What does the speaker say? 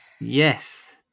Yes